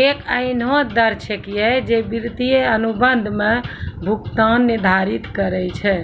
एक एहनो दर छेकियै जे वित्तीय अनुबंध म भुगतान निर्धारित करय छै